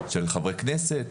של חברי כנסת.